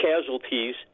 casualties